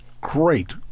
great